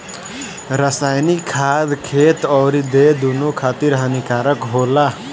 रासायनिक खाद खेत अउरी देह दूनो खातिर हानिकारक होला